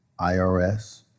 IRS